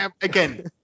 again